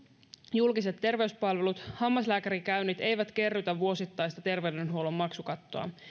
julkiset terveyspalvelut hammaslääkärikäynnit eivät kerrytä vuosittaista terveydenhuollon maksukattoa